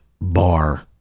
bar